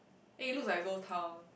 eh looks like ghost town